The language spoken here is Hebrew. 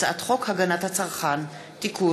הצעת חוק בית-הדין לעבודה (תיקון,